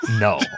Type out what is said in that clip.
No